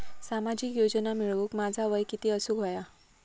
सामाजिक योजना मिळवूक माझा वय किती असूक व्हया?